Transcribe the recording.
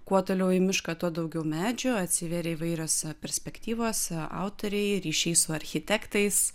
kuo toliau į mišką tuo daugiau medžių atsiveria įvairios perspektyvos autoriai ryšys su architektais